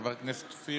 חבר הכנסת אופיר,